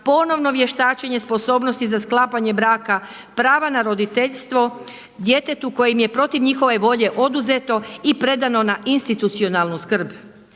ponovno vještačenje sposobnosti za sklapanje braka, prava na roditeljstvo, djetetu kojem je protiv njihove volje oduzeto i predano na institucionalnu skrb.